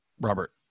Robert